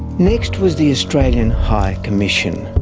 next was the australian high commission.